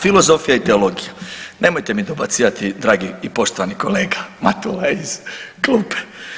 Filozofija i teologija, nemojte mi dobacivati dragi i poštovani kolega Matula iz klupe.